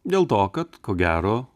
dėl to kad ko gero